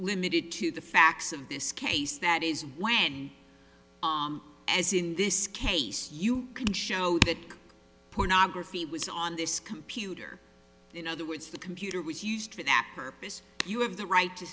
limited to the facts of this case that is when as in this case you could show that pornography was on this computer in other words the computer was used for that purpose you have the right to